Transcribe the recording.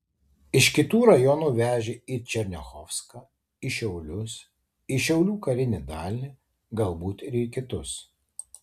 iš kitų rajonų vežė į černiachovską į šiaulius į šiaulių karinį dalinį galbūt ir į kitus